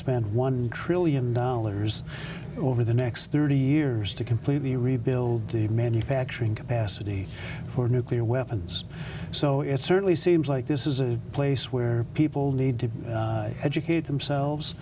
spend one trillion dollars over the next thirty years to completely rebuild the manufacturing capacity for nuclear weapons so it certainly seems like this is a place where people need to educate